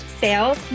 sales